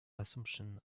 assumption